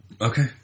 Okay